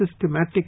systematic